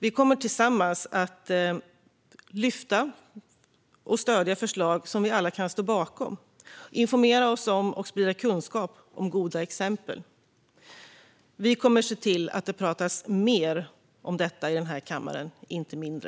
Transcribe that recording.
Vi kommer tillsammans att lyfta och stödja förslag som vi alla kan stå bakom, samt informera oss och sprida kunskap om goda exempel. Vi kommer att se till att det pratas mer om detta i kammaren - inte mindre.